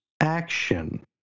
action